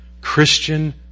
Christian